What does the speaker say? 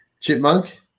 Chipmunk